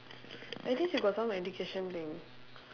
at least you got some education thing